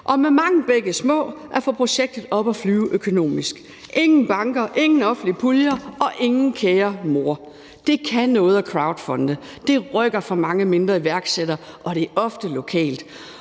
og med mange bække små at få projektet op at flyve økonomisk. Ingen banker, ingen offentlige puljer og ingen kære mor. Det kan noget at crowdfunde, det rykker for mange mindre iværksættere, og det er ofte lokalt.